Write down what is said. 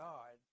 God